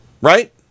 Right